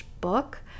book